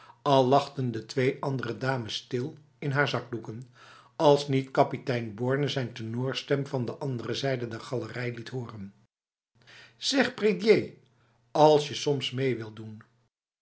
al lachten de twee andere dames stil in haar zakdoeken als niet kapitein borne zijn stentorstem van de andere zijde der galerij liet horen zeg prédier als je soms mee wilt doen